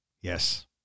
Yes